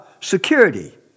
security